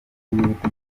y’ubutegetsi